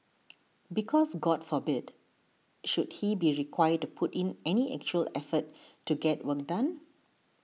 because god forbid should he be required to put in any actual effort to get work done